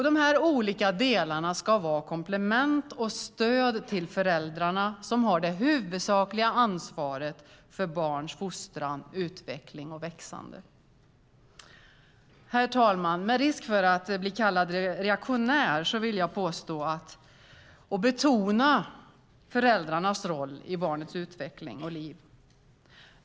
Dessa olika delar ska vara komplement och stöd till föräldrarna som har det huvudsakliga ansvaret för barnens fostran, utveckling och växande. Med risk för att bli kallad reaktionär vill jag betona föräldrarnas roll i barnets utveckling och liv.